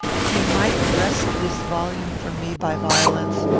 he might wrest this volume from me by violence,